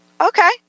okay